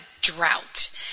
drought